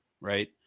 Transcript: Right